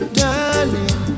darling